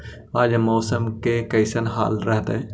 आज मौसम के कैसन हाल रहतइ?